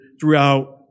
throughout